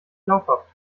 glaubhaft